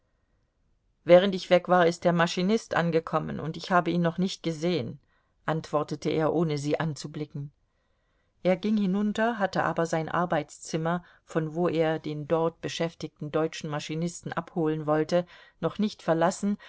während ich weg war ist der maschinist angekommen und ich habe ihn noch nicht gesehen antwortete er ohne sie anzublicken er ging hinunter hatte aber sein arbeitszimmer von wo er den dort beschäftigten deutschen maschinisten abholen wollte noch nicht verlassen